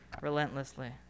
relentlessly